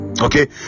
Okay